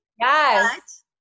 Yes